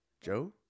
joe